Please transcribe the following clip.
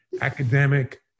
academic